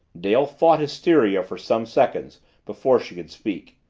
dale fought hysteria for some seconds before she could speak.